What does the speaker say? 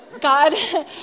God